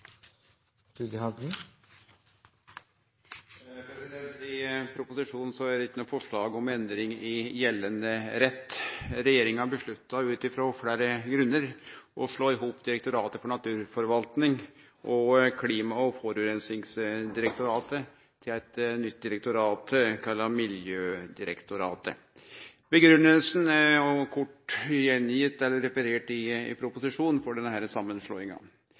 sak nr. 8. I proposisjonen er det ikkje nokon forslag om endring i gjeldande rett. Regjeringa avgjorde ut frå fleire grunnar å slå i hop Direktoratet for naturforvalting og Klima- og forureiningsdirektoratet til eit nytt direktorat kalla Miljødirektoratet. Grunngjevinga for denne samanslåinga er kort referert i proposisjonen. Det medfører da behov for